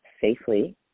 safely